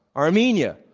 armenia,